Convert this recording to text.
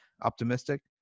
optimistic